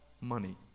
money